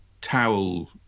towel